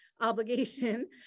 obligation